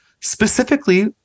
specifically